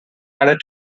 added